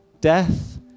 death